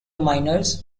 miners